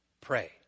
pray